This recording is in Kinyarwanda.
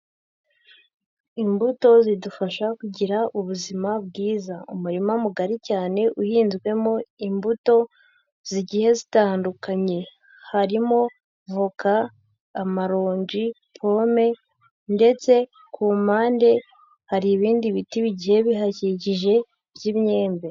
Imbuto zidufasha kugira ubuzima bwiza, umurima mugari cyane uhinzwemo imbuto zigiye zitandukanye, harimo voka, amaronji, pome ndetse ku mpande hari ibindi biti bigiye bihakikije by'imyembe.